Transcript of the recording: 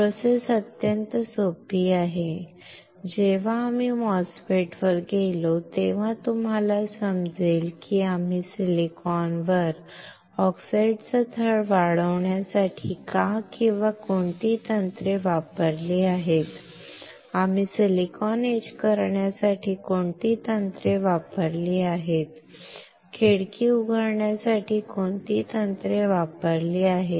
process अत्यंत सोपी आहे जेव्हा आम्ही MOSFET वर गेलो तेव्हा तुम्हाला समजेल की आम्ही सिलिकॉनवर ऑक्साईडचा थर वाढवण्यासाठी का किंवा कोणती तंत्रे वापरली आहेत आम्ही सिलिकॉन एच करण्यासाठी कोणती तंत्रे वापरली आहेत खिडकी उघडण्यासाठी कोणती तंत्रे वापरली आहेत